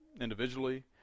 individually